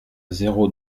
zéro